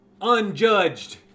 unjudged